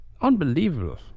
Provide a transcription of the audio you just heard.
Unbelievable